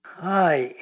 Hi